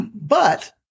But-